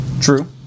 True